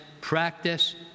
practice